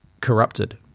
corrupted